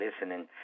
listening